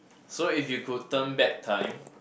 so if you could turn back time